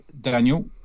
Daniel